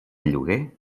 lloguer